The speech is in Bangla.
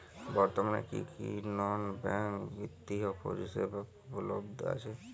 বর্তমানে কী কী নন ব্যাঙ্ক বিত্তীয় পরিষেবা উপলব্ধ আছে?